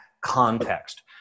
context